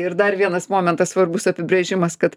ir dar vienas momentas svarbus apibrėžimas kad